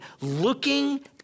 looking